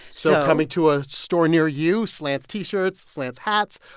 so coming to a store near you slants t-shirts, slants hats.